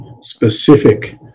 specific